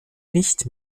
nicht